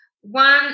One